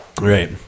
Right